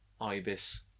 Ibis